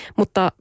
mutta